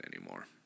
anymore